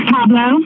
Pablo